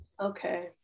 Okay